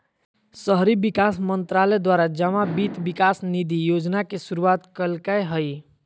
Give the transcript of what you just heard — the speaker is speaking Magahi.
शहरी विकास मंत्रालय द्वारा जमा वित्त विकास निधि योजना के शुरुआत कल्कैय हइ